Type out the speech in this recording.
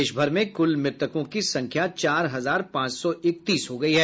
देश भर में कुल मृतकों की संख्या चार हजार पांच सौ इकतीस हो गई है